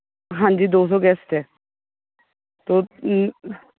ਹਾਂਜੀ ਦੋ ਸੌ ਗੈਸਟ ਹੈ ਤੋਂ